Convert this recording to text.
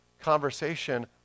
conversation